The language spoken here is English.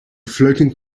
floating